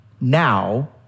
now